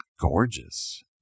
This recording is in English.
gorgeous